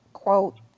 Quote